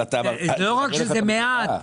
אבל --- לא רק שזה מעט,